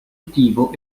attivo